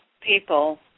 people